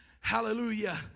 hallelujah